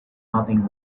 nothing